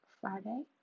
Friday